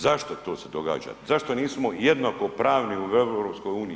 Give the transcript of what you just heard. Zašto to se događa, zašto nismo jednakopravni u EU?